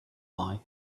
why